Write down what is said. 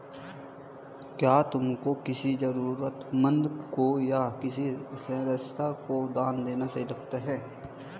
क्या तुम्हें किसी जरूरतमंद को या किसी संस्था को दान देना सही लगता है?